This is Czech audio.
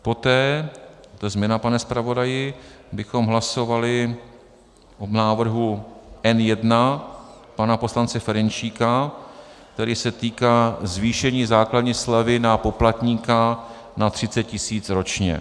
Poté to je změna, pane zpravodaji bychom hlasovali o návrhu N1 pana poslance Ferjenčíka, který se týká zvýšení základní slevy na poplatníka na 30 tisíc ročně.